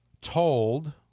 told